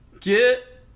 get